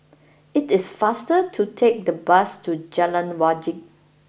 it is faster to take the bus to Jalan Wajek